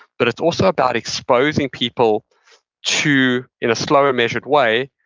but it's also about exposing people to, in a slower, measured way,